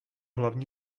hlavní